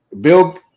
Bill